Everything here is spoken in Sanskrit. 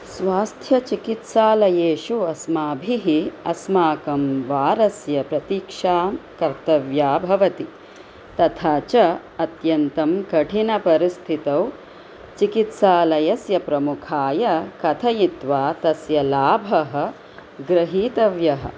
स्वास्थ्यचिकित्सालयेषु अस्माभिः अस्माकं वारस्य प्रतीक्षा कर्तव्या भवति तथा च अत्यन्तं कठिनपरिस्थितौ चिकित्सालयस्य प्रमुखाय कथयित्वा तस्य लाभः गृहीतव्यः